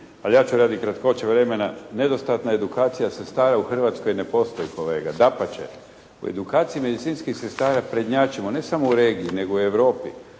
Ali ja ću radi kratkoće vremena, nedostatna edukacija sestara u Hrvatskoj ne postoji kolega. Dapače, u edukaciji medicinskih sestara prednjačimo, ne samo u regiji nego u Europi